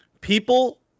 People